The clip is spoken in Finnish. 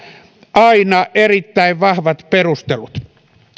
aina erittäin vahvat perustelut